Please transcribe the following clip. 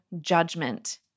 judgment